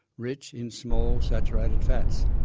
rich in small, saturated fats.